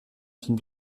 film